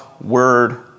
word